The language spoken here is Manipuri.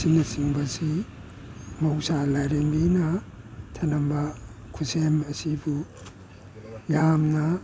ꯑꯁꯤꯅ ꯆꯤꯡꯕꯁꯤ ꯃꯍꯧꯁꯥ ꯂꯥꯏꯔꯦꯝꯕꯤꯅ ꯊꯅꯝꯕ ꯈꯨꯁꯦꯝ ꯑꯁꯤꯕꯨ ꯌꯥꯝꯅ